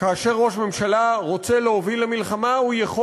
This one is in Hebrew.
כאשר ראש ממשלה רוצה להוביל למלחמה הוא יכול